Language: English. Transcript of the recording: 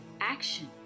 action